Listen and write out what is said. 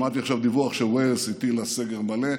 שמעתי עכשיו דיווח שוויילס הטילה סגר מלא,